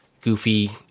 goofy